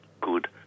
good